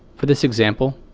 for this example,